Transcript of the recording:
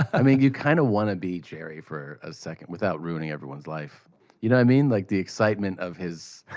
i mean you kind of want to be jerry for a second, without ruining everyone's life. you know what i mean? like, the excitement of his.